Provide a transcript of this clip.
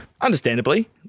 understandably